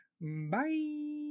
Bye